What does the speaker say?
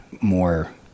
more